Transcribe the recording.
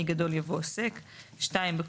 שעוסק במכירה קמעונאית לצרכנים,